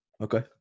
Okay